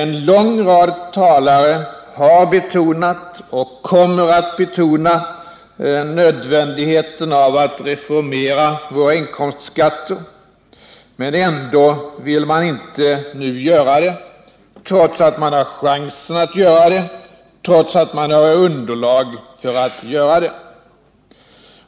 En lång rad talare har betonat, och kommer att betona, nödvändigheten av att reformera våra inkomstskatter. Men ändå vill man inte nu göra det, trots att man har chansen och trots att man har underlag för att göra det.